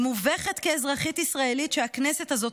אני מובכת כאזרחית ישראלית שהכנסת הזאת